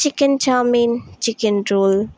chicken chowmein chicken roll